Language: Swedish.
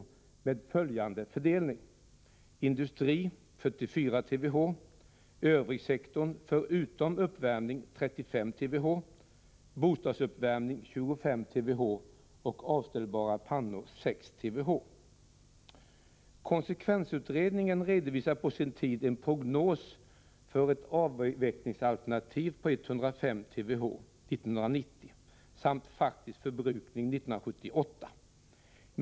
Fördelningen var följande: industri 44 TWh, övrig sektor förutom uppvärmning 35 TWh, bostadsuppvärmning 25 TWh och avställningsbara pannor 6 TWh. Konsekvensutredningen redovisade på sin tid en prognos för ett avvecklingsalternativ på 105 TWh 1990 samt faktisk förbrukning 1978.